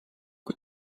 kui